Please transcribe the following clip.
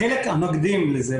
החלק המקדים לזה,